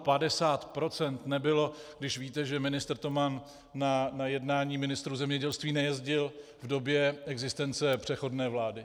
Padesát procent nebylo, když víte, že ministr Toman na jednání ministrů zemědělství nejezdil v době existence přechodné vlády.